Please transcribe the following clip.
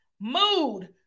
Mood